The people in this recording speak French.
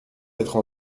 d’être